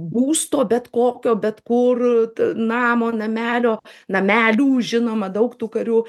būsto bet kokio bet kur namo namelio namelių žinoma daug tų karių